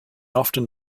often